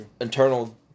internal